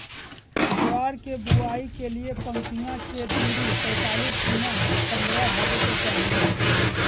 ज्वार के बुआई के लिए पंक्तिया के दूरी पैतालीस गुना पन्द्रह हॉवे के चाही